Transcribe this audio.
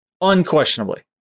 Unquestionably